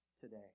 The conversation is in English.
today